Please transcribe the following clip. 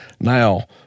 Now